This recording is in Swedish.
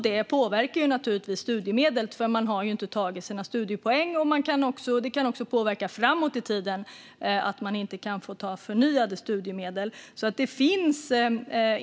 Detta påverkar naturligtvis studiemedlet eftersom man då inte har tagit sina studiepoäng. Framåt i tiden kan det också påverka så att man inte får förnyade studiemedel.